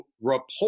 report